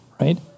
right